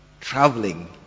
traveling